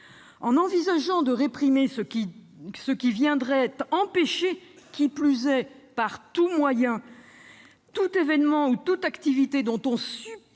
En envisageant de réprimer ce qui viendrait « empêcher », qui plus est « par tous moyens »,« tout évènement ou toute activité » dont on suppute